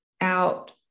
out